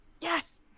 Yes